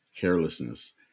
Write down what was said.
carelessness